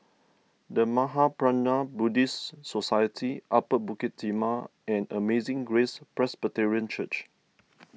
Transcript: the Mahaprajna Buddhist Society Upper Bukit Timah and Amazing Grace Presbyterian Church